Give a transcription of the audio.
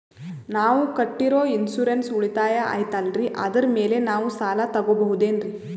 ನಾವು ಕಟ್ಟಿರೋ ಇನ್ಸೂರೆನ್ಸ್ ಉಳಿತಾಯ ಐತಾಲ್ರಿ ಅದರ ಮೇಲೆ ನಾವು ಸಾಲ ತಗೋಬಹುದೇನ್ರಿ?